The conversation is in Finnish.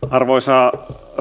arvoisa